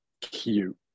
Cute